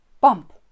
Bump